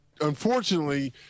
unfortunately